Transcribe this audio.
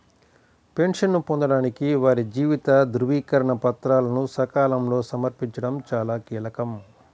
పెన్షన్ను పొందడానికి వారి జీవిత ధృవీకరణ పత్రాలను సకాలంలో సమర్పించడం చాలా కీలకం